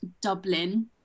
Dublin